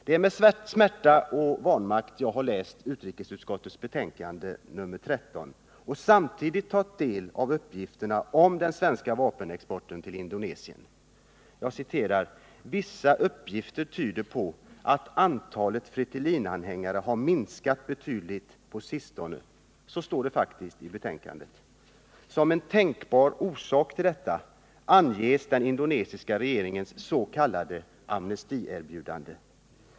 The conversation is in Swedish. Det är med smärta och vanmakt jag har läst utrikesutskottets betänkande nr 13 och samtidigt tagit del av uppgifterna om den svenska vapenexporten till Indonesien. ”Vissa uppgifter tyder på att antalet Fretilin-anhängare har Demokratiska Å 5 ; republiken Östra minskat betydligt på sistone”, står det faktiskt i betänkandet. Som en tänkbar | Timor m. m orsak till detta anges den indonesiska regeringens s.k. amnestierbjudande.